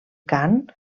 cant